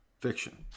fiction